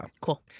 Cool